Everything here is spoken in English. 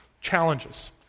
challenges